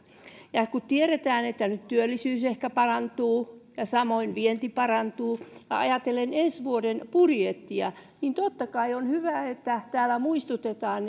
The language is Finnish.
kun tiedetään että nyt työllisyys ehkä parantuu ja samoin vienti parantuu ajatellen ensi vuoden budjettia totta kai on hyvä että täällä muistutetaan